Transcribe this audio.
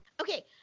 Okay